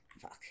Fuck